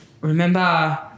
remember